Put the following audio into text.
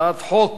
הצעת חוק